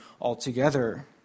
altogether